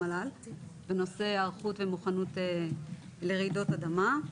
המל"ל בנושא היערכות ומוכנות לרעידות אדמה.